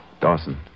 Dawson